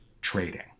trading